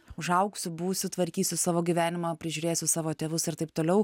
užaugsiu būsiu tvarkysiu savo gyvenimą prižiūrėsiu savo tėvus ir taip toliau